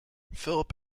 philip